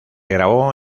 grabó